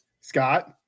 Scott